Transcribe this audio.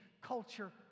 culture